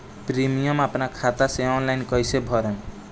Premium अपना खाता से ऑनलाइन कईसे भरेम?